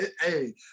hey